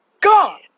God